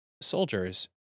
soldiers